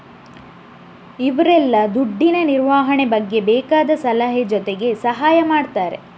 ಇವ್ರೆಲ್ಲ ದುಡ್ಡಿನ ನಿರ್ವಹಣೆ ಬಗ್ಗೆ ಬೇಕಾದ ಸಲಹೆ ಜೊತೆಗೆ ಸಹಾಯ ಮಾಡ್ತಾರೆ